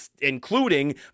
including